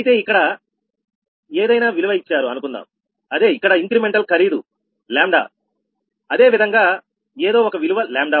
అయితే ఇక్కడ అ ఏదైనా విలువ ఇచ్చారు అనుకుందాం అదే ఇక్కడ ఇంక్రిమెంటల్ ఖరీదు λ అదేవిధంగా ఏదో ఒక విలువ λ1